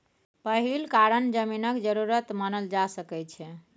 पहिल कारण जमीनक जरूरत मानल जा सकइ छै